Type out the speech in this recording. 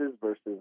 versus